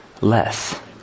less